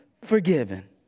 forgiven